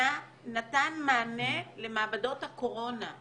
זה נתן מענה למעבדות הקורונה,